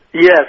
Yes